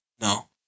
no